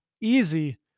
easy